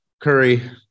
Curry